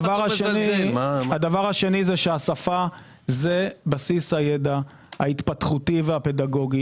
הדבר השני, השפה זה בסיס הידע ההתפתחותי והפדגוגי.